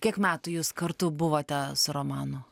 kiek metų jūs kartu buvote su romanu